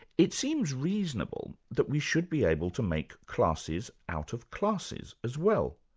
it seems reasonable that we should be able to make classes out of classes as well.